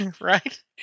right